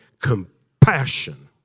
compassion